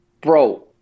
Bro